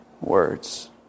words